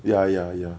ya ya ya